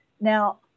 Now